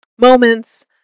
Moments